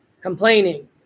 complaining